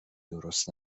درست